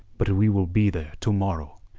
but we will be there to-morrow.